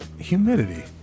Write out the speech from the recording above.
humidity